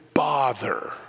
Bother